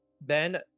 Ben